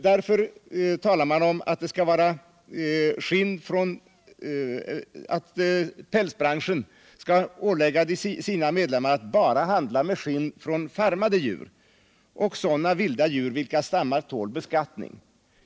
Därför talar man om att pälsbranschen skall ålägga sina medlemmar att bara handla med skinn från farmade djur och sådana vilda djur, vilkas stammar tål beskattning.